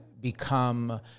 become